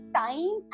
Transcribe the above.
time